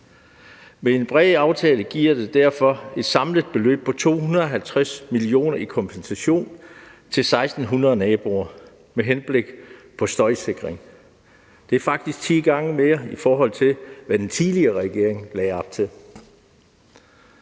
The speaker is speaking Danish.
Med en bred aftale gives der derfor et samlet beløb på 250 mio. kr. til kompensation til 1.600 naboer og til støjsikring. Det er faktisk ti gange mere end det, den tidligere regering lagde op til.